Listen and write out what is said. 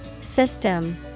system